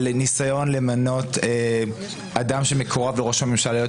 על ניסיון למנות אדם שמקורב לראש הממשלה להיות